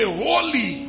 holy